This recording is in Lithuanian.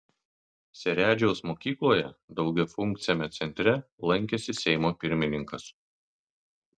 seredžiaus mokykloje daugiafunkciame centre lankėsi seimo pirmininkas